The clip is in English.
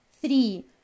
three